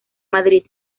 madrid